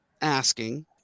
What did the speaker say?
asking